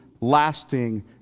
lasting